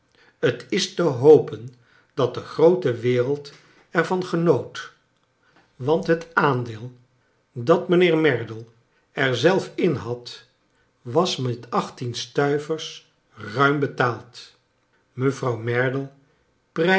t is te hopen dat de groote wereld er van genoot want het aandeel dat mijnheer merdle er zelf in had was met achttien stuivers ruim betaald mevrouw merdle